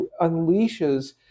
unleashes